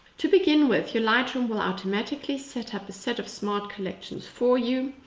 to begin with, your lightroom will automatically set-up a set of smart collections for you.